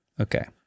Okay